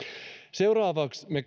seuraavaksi me